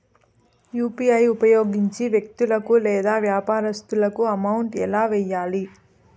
UPI ఉపయోగించి వ్యక్తులకు లేదా వ్యాపారస్తులకు అమౌంట్ ఎలా వెయ్యాలి